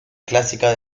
clásica